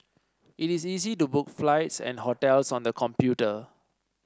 it is easy to book flights and hotels on the computer